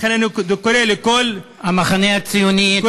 לכן, אני קורא לכל, המחנה הציוני, אתם מפריעים.